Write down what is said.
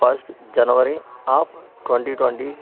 first January of twenty twenty